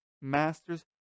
master's